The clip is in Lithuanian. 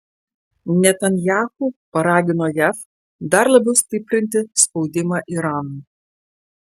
netanyahu paragino jav dar labiau stiprinti spaudimą iranui